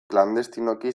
klandestinoki